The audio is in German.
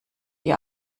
ihr